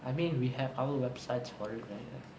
I mean we have our websites for it right